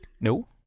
No